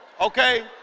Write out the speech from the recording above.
okay